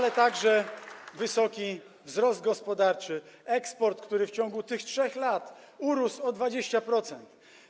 Jest także wysoki wzrost gospodarczy, eksport, który w ciągu tych 3 lat urósł o 20%.